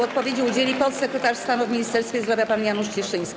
Odpowiedzi udzieli podsekretarz stanu w Ministerstwie Zdrowia pan Janusz Cieszyński.